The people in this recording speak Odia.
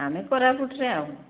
ଆମେ କୋରାପୁଟରେ ଆଉ